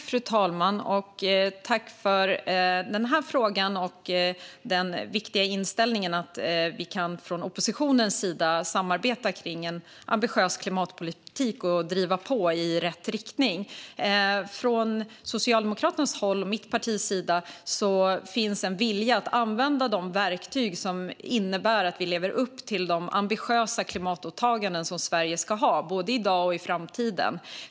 Fru talman! Jag vill tacka för frågan och för den viktiga inställningen att vi i oppositionen kan samarbeta om en ambitiös klimatpolitik och driva på i rätt riktning. Hos Socialdemokraterna finns en vilja att använda de verktyg som innebär att vi lever upp till de ambitiösa klimatåtaganden som Sverige ska ha både i dag och i framtiden.